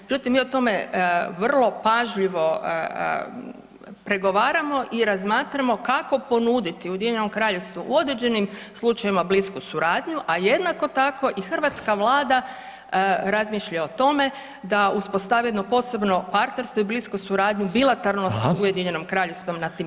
Međutim, mi o tome vrlo pažljivo pregovaramo i razmatramo kako ponuditi Ujedinjenom Kraljevstvu u određenim slučajevima blisku suradnju, a jednako tako i hrvatska vlada razmišlja o tome da uspostavi jedno posebno partnerstvo i blisku suradnju, bilateralnu s Ujedinjenim Kraljevstvom nad tim pitanjem.